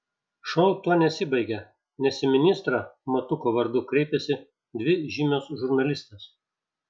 šou tuo nesibaigia nes į ministrą matuko vardu kreipiasi dvi žymios žurnalistės